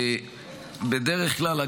בדרך כלל,